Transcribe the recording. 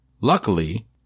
Luckily